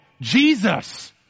Jesus